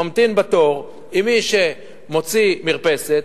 ממתין בתור עם מי שמוציא מרפסת,